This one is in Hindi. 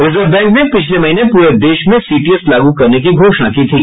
रिजर्व बैंक ने पिछले महीने पूरे देश में सीटीएस लागू करने की घोषणा की थी